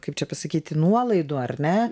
kaip čia pasakyti nuolaidų ar ne